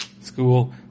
school